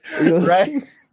Right